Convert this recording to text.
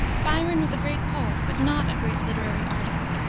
byron was a great poet but not a great literary artist.